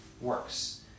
works